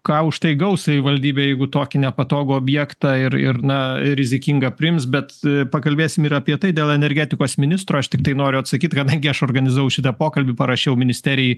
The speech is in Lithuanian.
ką už tai gaus savivaldybė jeigu tokį nepatogų objektą ir ir na rizikingą priims bet pakalbėsim ir apie tai dėl energetikos ministro aš tiktai noriu atsakyt kadangi aš organizavau šitą pokalbį parašiau ministerijai